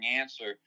answer